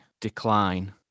decline